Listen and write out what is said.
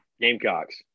gamecocks